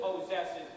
possesses